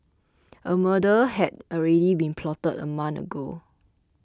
a murder had already been plotted a month ago